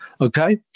Okay